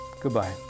Goodbye